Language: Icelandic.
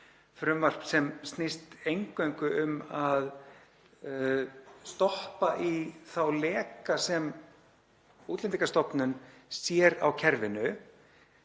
frumvarp sem snýst eingöngu um að stoppa í þá leka sem Útlendingastofnun sér á kerfinu,